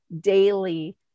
daily